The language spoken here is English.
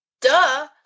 Duh